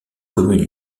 commune